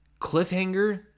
cliffhanger